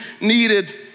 needed